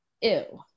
ew